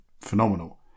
phenomenal